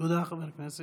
תודה לך, חבר הכנסת